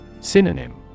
Synonym